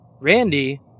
Randy